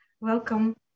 welcome